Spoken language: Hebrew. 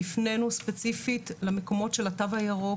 הפנינו ספציפית למקומות של התו הירוק,